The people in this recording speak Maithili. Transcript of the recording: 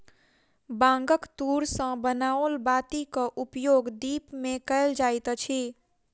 बांगक तूर सॅ बनाओल बातीक उपयोग दीप मे कयल जाइत अछि